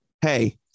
Hey